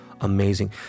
amazing